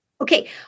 okay